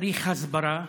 צריך הסברה.